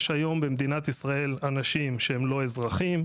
יש היום במדינת ישראל אנשים שהם לא אזרחים,